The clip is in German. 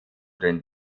den